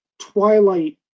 twilight